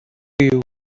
you